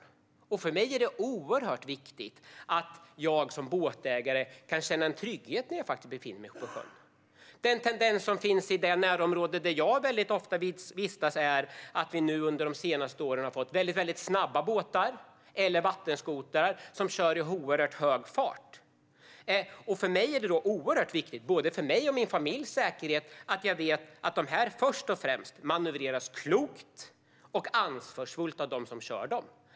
För mig som båtägare är det oerhört viktigt att jag kan känna trygghet när jag befinner mig på sjön. Den tendens som vi ser i det område där jag ofta vistas är att vi de senaste åren har fått in väldigt snabba båtar eller vattenskotrar som kör i oerhört hög fart. För både min och min familjs säkerhet är det oerhört viktigt att jag vet att de här fordonen först och främst manövreras klokt och ansvarsfullt av dem som kör dem.